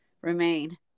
remain